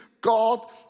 God